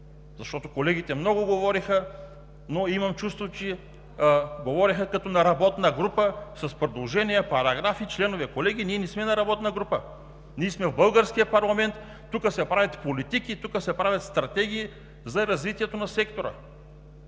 Колегите много говориха, но имам чувството, че говориха като на работна група с предложения, параграфи, членове. Колеги, ние не сме на работна група! Ние сме в българския парламент – тук се правят политики, тук се правят стратегии за развитието на сектора.